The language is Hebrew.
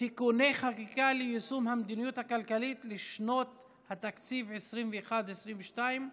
(תיקוני חקיקה ליישום המדיניות הכלכלית לשנות התקציב 2021 ו-2022),